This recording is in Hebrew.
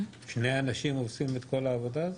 שני אנשים עושים את כל העבודה הזו?